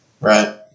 Right